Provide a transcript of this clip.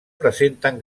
presenten